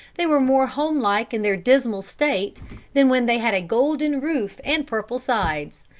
they were more homelike in their dismal state than when they had a golden roof and purple sides,